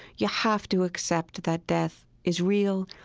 you have to accept that death is real.